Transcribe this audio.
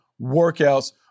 workouts